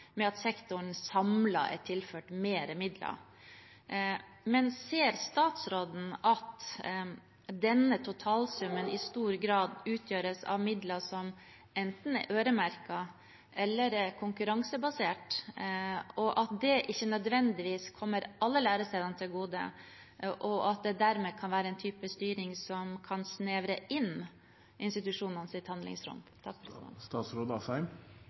med å si at sektoren samlet er tilført mer midler. Men ser statsråden at denne totalsummen i stor grad utgjøres av midler som enten er øremerket eller konkurransebasert, og at det ikke nødvendigvis kommer alle lærestedene til gode, og at det dermed kan være en type styring som kan snevre inn institusjonenes handlingsrom?